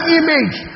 image